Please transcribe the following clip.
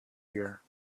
year